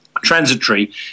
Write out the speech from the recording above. transitory